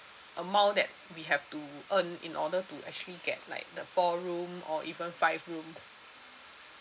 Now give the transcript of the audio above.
amount that we have to earn in order to actually get like the four room or even five room